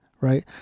right